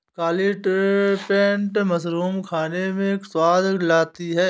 काली trumpet mushroom खाने में स्वाद लाती है